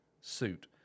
suit